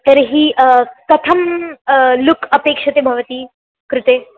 तर्हि कथं लुक् अपेक्षते भवत्याः कृते